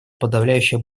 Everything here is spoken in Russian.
подавляющее